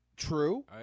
true